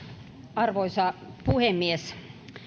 arvoisa puhemies